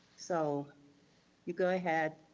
so you go ahead,